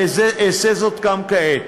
ואעשה זאת גם כעת,